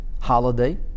holiday